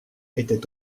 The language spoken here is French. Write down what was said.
était